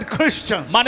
Christians